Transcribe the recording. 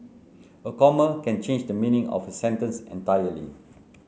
a comma can change the meaning of a sentence entirely